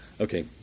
Okay